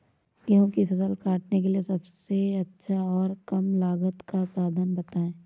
गेहूँ की फसल काटने के लिए सबसे अच्छा और कम लागत का साधन बताएं?